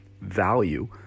value